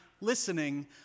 listening